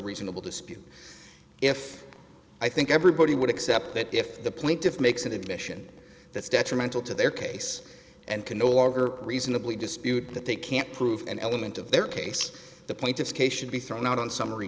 reasonable dispute if i think everybody would accept that if the plaintiff makes an admission that's detrimental to their case and can no longer reasonably dispute that they can't prove an element of their case the point of case should be thrown out on summary